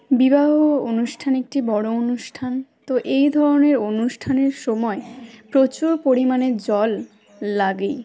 বিবাহ অনুষ্ঠান একটি বড়ো অনুষ্ঠান তো এই ধরনের অনুষ্ঠানের সময় প্রচুর পরিমাণে জল লাগেই